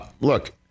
Look